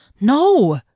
No